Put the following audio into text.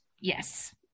Yes